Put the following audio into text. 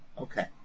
Okay